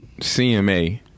CMA